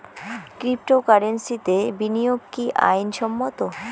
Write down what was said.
ক্রিপ্টোকারেন্সিতে বিনিয়োগ কি আইন সম্মত?